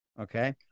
Okay